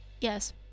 Yes